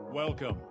Welcome